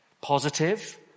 Positive